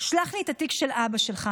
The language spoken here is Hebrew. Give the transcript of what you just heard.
"שלח לי את התיק של אבא שלך,